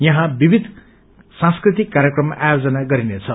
यहाँ विविध सांस्कृतिक कार्यक्रम आयोजन गरिनेछ